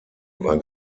war